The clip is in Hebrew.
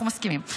אנחנו מסכימים,